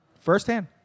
Firsthand